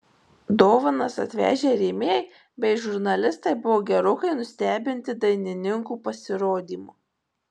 dovanas atvežę rėmėjai bei žurnalistai buvo gerokai nustebinti dainininkų pasirodymu